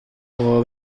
kuva